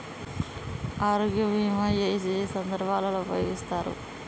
ఆరోగ్య బీమా ఏ ఏ సందర్భంలో ఉపయోగిస్తారు?